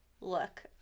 look